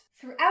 Throughout